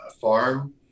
farm